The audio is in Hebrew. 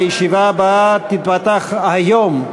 הישיבה הבאה תיפתח היום,